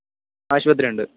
ആശുപത്രി ഉണ്ട്